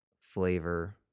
flavor